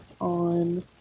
on